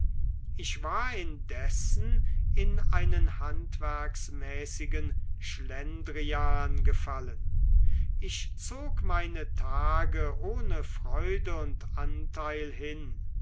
ich war indessen in einen handwerksmäßigen schlendrian gefallen ich zog meine tage ohne freude und anteil hin